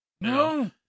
No